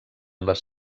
les